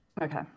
Okay